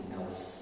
else